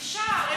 אפשר.